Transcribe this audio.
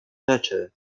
rzeczy